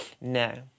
No